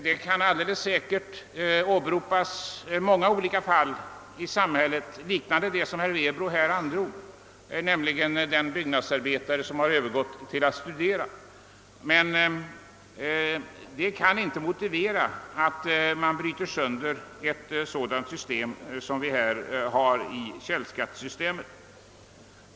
Det kan alldeles säkert åberopas många olika fall i samhället liknande det som herr Werbro här androg, nämligen den byggnadsarbetare som övergått till att studera. Detta kan dock inte motivera att man bryter sönder ett sådant system som vi har i källskattesystemet.